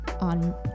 on